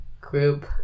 group